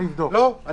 לא.